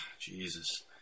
jesus